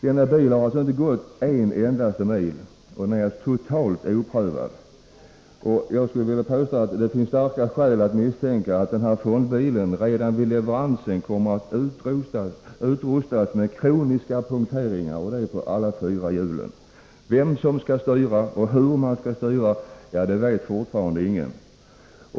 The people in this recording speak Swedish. Denna bil har alltså inte gått en enda mil och är totalt oprövad. Det finns därför starka skäl att misstänka att ”fondbilen” redan vid leveransen kommer att utrustas med kroniska punkteringar, och det på alla fyra hjulen. Vem som skall styra den och hur den skall styras vet fortfarande ingen.